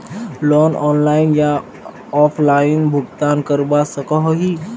Loan online या offline भुगतान करवा सकोहो ही?